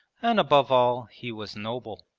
and above all he was noble.